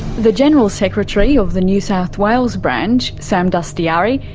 the general secretary of the new south wales branch, sam dastyari,